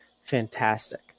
fantastic